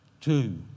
Two